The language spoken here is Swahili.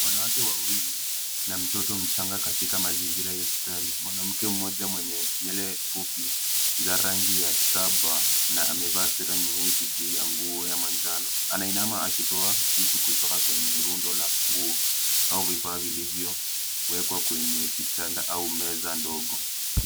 Wanawake wawili na mtoto mchanga katika mazingira ya hospitali. Mwanamke mmoja mwenye nywele fupi za rangi ya shaba na amevaa sera nyeusi juu ya nguo ya manjano, anainama akitoa kitu kutoka kwenye rundo la nguo au vifaa vilivyowekwa kwenye kitanda au meza ndogo.